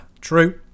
True